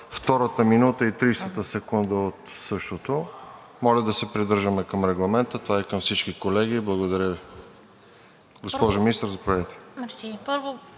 втората минута и 30-ата секунда от същото. Моля да се придържаме към регламента. Това е към всички колеги. Благодаря Ви. Госпожо Министър, заповядайте.